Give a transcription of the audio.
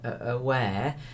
aware